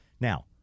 Now